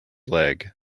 leg